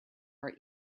our